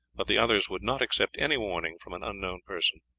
but the others would not accept any warning from an unknown person.